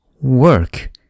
work